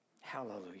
Hallelujah